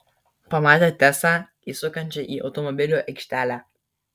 pamatė tesą įsukančią į automobilių aikštelę